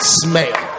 smell